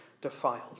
defiled